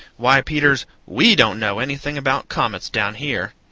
why, peters, we don't know anything about comets, down here.